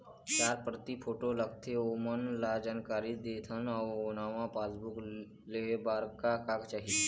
चार प्रति फोटो लगथे ओमन ला जानकारी देथन अऊ नावा पासबुक लेहे बार का का चाही?